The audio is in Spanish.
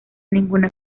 ninguna